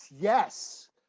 yes